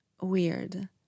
weird